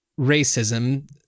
racism